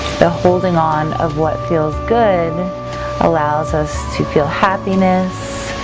the holding on of what feels good allows us to feel happiness,